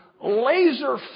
Laser